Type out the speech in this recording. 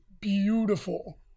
beautiful